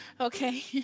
okay